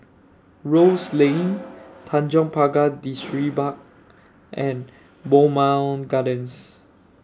Rose Lane Tanjong Pagar Distripark and Bowmont Gardens